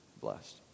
blessed